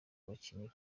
bakinira